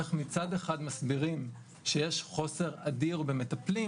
איך מצד אחד מסבירים שיש חוסר אדיר במטפלים